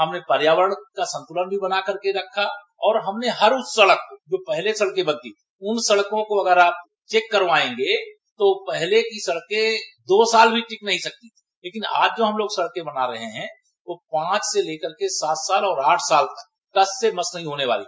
हमने पर्यावरण का संतुलन बना करके रखा और हमने हर उस सड़क को जो पहले सड़के बनती थीं उन सड़कों को अगर आप चेक कर पायेंगे तो पहले की सड़क दो साल भी टिक नहीं सकती थी लेकिन आज जो हम लोग सड़के बना रहे हैं वह पांच से सात साल और आठ तक टस से मस नहीं होने वाली